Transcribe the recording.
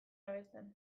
abesten